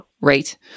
Right